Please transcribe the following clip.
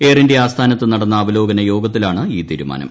air India ആസ്ഥാനത്ത് നടന്ന അവലോകനയോഗത്തിലാണ് ഈ തീരുമാനം